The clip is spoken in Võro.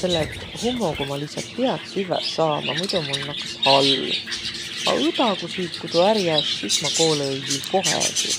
Selle et hummogu ma lihtsält piät süvväq saama, muido mul nakkas halv. A õdagusüük, ku tuu ärq jääs, sis ma koolõ-õi viil kohegi.